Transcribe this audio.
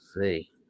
see